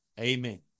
Amen